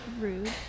rude